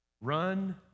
run